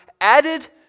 added